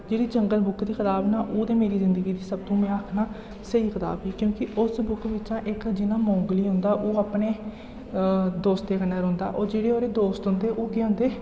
जेह्ड़ी jungle book दी कताब ना ओह् ते मेरी जिंदगी दी सब तों में आखनां स्हेई कताब ही क्योंकि उस बुक बिच्चा इक जि'यां मोगली होंदा ओह् अपने दोस्तें कन्नै रौंह्दा और जेह्ड़े ओह्दे दोस्त होंदे ओह् केह् होंदे